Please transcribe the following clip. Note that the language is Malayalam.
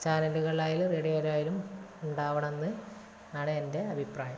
ചാനലുകളിൽ ആയാലും റേഡിയോയിൽ ആയാലും ഉണ്ടാവണം എന്ന് ആണ് എൻ്റെ അഭിപ്രായം